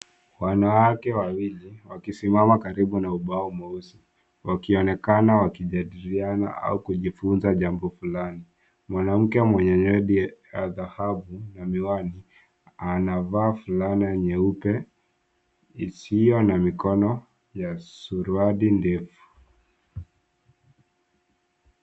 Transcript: Wanawake wawili wakisimama karibu na ubao mweusi wakionekana wakijadiliana au kujifunza jambo fulani. Mwanamke mwenye nywele ya dhahabu amevaa miwani, anavaa fulana nyeupe isiyo na mikono ya suruali ndefu.